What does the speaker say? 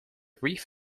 brief